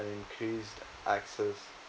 an increased access